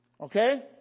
Okay